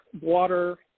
water